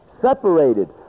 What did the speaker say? separated